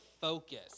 focus